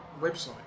website